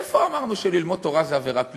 איפה אמרנו שללמוד תורה זאת עבירה פלילית?